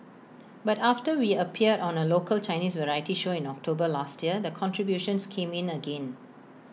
but after we appeared on A local Chinese variety show in October last year the contributions came in again